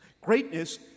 Greatness